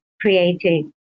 creating